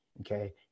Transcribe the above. Okay